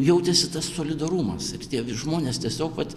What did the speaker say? jautėsi tas solidarumas ir tie žmonės tiesiog vat